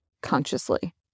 consciously